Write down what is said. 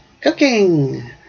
cooking